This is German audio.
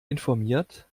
informiert